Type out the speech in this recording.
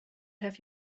have